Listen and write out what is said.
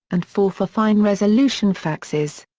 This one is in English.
and four for fine resolution faxes.